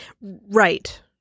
Right